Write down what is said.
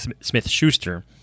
Smith-Schuster